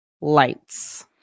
lights